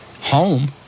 home